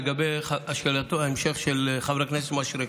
לגבי שאלת ההמשך של חברי הכנסת מישרקי,